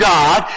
God